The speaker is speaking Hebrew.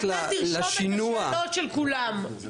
אתה תרשום את השאלות של כולם,